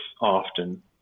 often